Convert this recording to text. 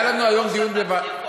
היה לנו היום דיון בוועדת, אני לא שתקתי.